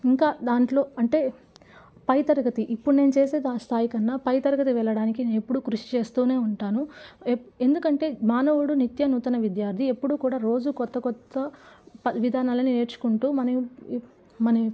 ఇంకా దాంట్లో అంటే పై తరగతి ఇప్పుడు నేను చేసే స్థాయి కన్నా పై తరగతి వెళ్ళడానికి నేను ఎప్పుడు కృషి చేస్తూనే ఉంటాను ఎందుకంటే మానవుడు నిత్య నూతన విద్యార్థి ఎప్పుడూ కూడా రోజు కొత్త కొత్త విధానాలను నేర్చుకుంటూ మనం మన